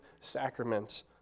sacrament